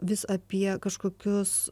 vis apie kažkokius